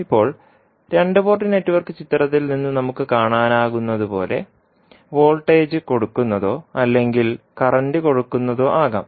ഇപ്പോൾ രണ്ട് port network ചിത്രത്തിൽ നിന്ന് നമുക്ക് കാണാനാകുന്നതുപോലെ വോൾട്ടേജ് കൊടുക്കുന്നതോ അല്ലെങ്കിൽ കറന്റ് കൊടുക്കുന്നതോ ആകാം